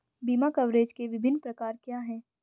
बीमा कवरेज के विभिन्न प्रकार क्या हैं?